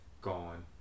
Gone